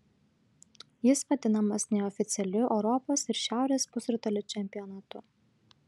jis vadinamas neoficialiu europos ir šiaurės pusrutulio čempionatu